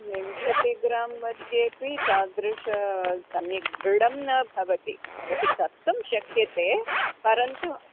विंशतिः ग्रां मध्येपि तादृशं सम्यक् दृढं न भवति भवति कर्तुं शक्यते परन्तु